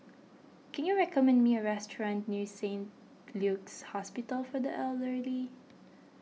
can you recommend me a restaurant near Saint Luke's Hospital for the Elderly